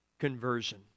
conversion